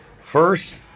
first